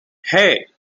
hey